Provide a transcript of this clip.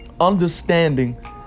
understanding